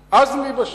עזמי.